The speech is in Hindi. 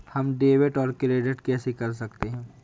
हम डेबिटऔर क्रेडिट कैसे कर सकते हैं?